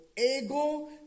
ego